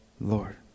Lord